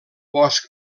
bosc